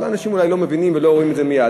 אנשים אולי לא מבינים ולא רואים את זה מייד,